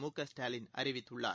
மு க ஸ்டாலின் அறிவித்துள்ளார்